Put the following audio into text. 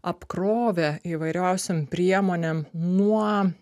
apkrovę įvairiausiom priemonėm nuo